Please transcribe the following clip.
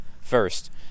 first